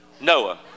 noah